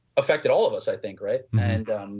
affected all of us i think, right and um